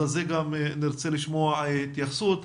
לזה גם נרצה לשמוע התייחסות.